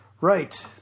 Right